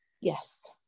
yes